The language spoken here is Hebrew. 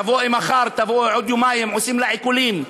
תבואי מחר, תבואי עוד יומיים, עושים לה עיקולים.